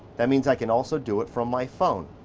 that means i can also do it from my phone.